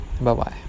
bye-bye